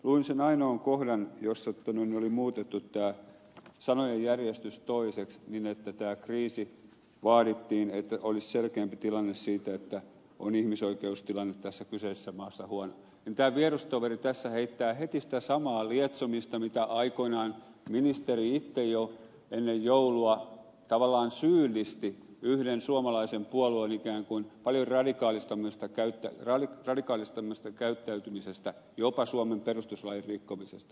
luin sen ainoan kohdan jossa oli muutettu tämä sanojen järjestys toiseksi niin että tämä kriisi vaadittiin että olisi selkeämpi tilanne siitä että on ihmisoikeustilanne tässä kyseisessä maassa huono niin tämä vierustoveri tässä heittää heti sitä samaa lietsomista kuten aikoinaan ministeri itse jo ennen joulua tavallaan syyllisti yhden suomalaisen puolueen ikään kuin paljon radikaalimmasta käyttäytymisestä jopa suomen perustuslain rikkomisesta